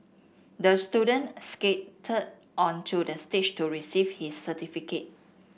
the student skated onto the stage to receive his certificate